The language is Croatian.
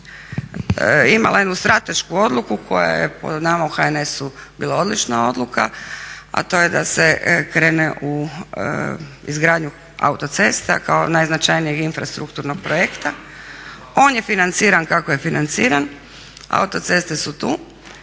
imala jednu stratešku odluku koja je po nama u HNS-u bila odlična odluka, a to je da se krene u izgradnju autocesta kao najznačajnijeg infrastrukturnog projekta. On je financiran kako je financiran, autoceste su tu.